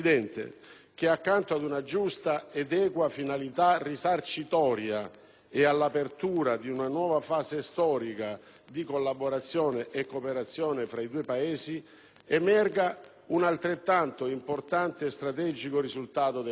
che, accanto ad una giusta ed equa finalità risarcitoria e all'apertura di una nuova fase storica di collaborazione e cooperazione fra i due Paesi, emerga un altrettanto importante e strategico risultato del Governo: